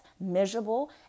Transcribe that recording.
miserable